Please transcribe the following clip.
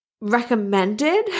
recommended